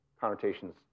connotations